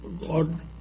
God